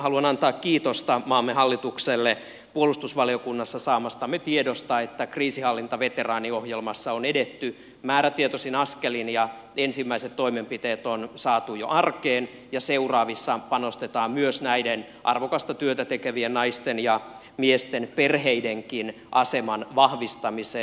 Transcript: haluan antaa kiitosta maamme hallitukselle puolustusvaliokunnassa saamastamme tiedosta että kriisinhallintaveteraaniohjelmassa on edetty määrätietoisin askelin ensimmäiset toimenpiteet on saatu jo arkeen ja seuraavissa panostetaan myös näiden arvokasta työtä tekevien naisten ja miesten perheidenkin aseman vahvistamiseen